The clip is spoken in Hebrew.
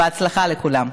בהצלחה לכולם.